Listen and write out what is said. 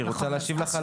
היא רוצה להשיב לך.